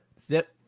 zip